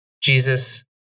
Jesus